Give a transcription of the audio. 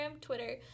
Twitter